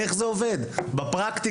איך זה עובד בפרקטיקה?